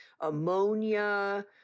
ammonia